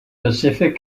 pacific